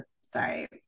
sorry